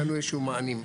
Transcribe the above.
נתנו אילו שהם מענים.